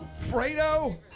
Fredo